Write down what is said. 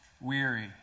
Weary